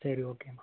சரி ஓகேம்மா